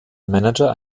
manager